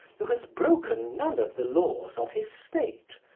who has broken none of the laws of his state,